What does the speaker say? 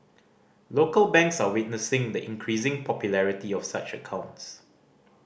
local banks are witnessing the increasing popularity of such accounts